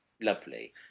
lovely